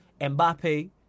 Mbappe